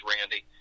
Randy